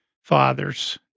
fathers